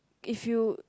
if you